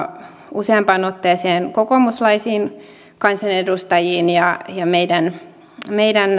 useampaan otteeseen kokoomuslaisiin kansanedustajiin ja meidän meidän